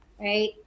right